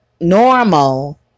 normal